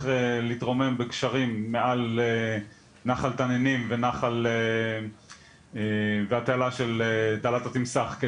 להתרומם בגשרים מעל נחל תנינים ותעלת התמסח,